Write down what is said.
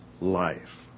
life